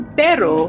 pero